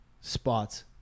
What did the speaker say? spots